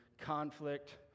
conflict